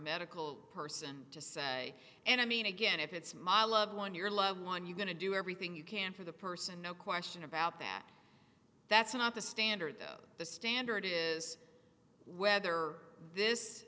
medical person to say and i mean again if it's my loved one your loved one you going to do everything you can for the person no question about that that's not the standard the standard is whether this